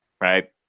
right